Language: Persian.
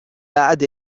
بعد